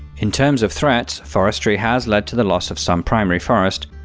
in terms of threats, forestry has led to the loss of some primary forest,